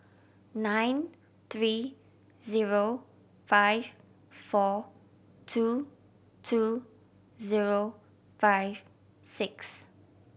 nine three zero five four two two zero five six